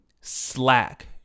slack